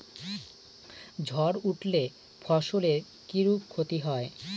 ঝড় উঠলে ফসলের কিরূপ ক্ষতি হয়?